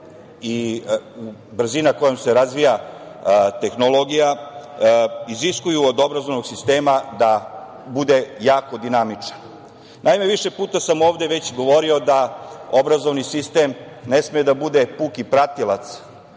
i brzina kojom se razvija tehnologija iziskuju od obrazovnog sistema da bude jako dinamičan. Naime, više puta sam ovde već govorio da obrazovni sistem ne sme da bude puki pratilac